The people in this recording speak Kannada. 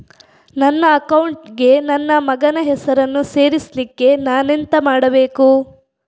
ನನ್ನ ಅಕೌಂಟ್ ಗೆ ನನ್ನ ಮಗನ ಹೆಸರನ್ನು ಸೇರಿಸ್ಲಿಕ್ಕೆ ನಾನೆಂತ ಮಾಡಬೇಕು?